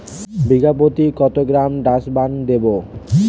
বিঘাপ্রতি কত gram Dursban দেবো?